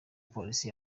polisi